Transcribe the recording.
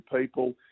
people